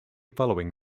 following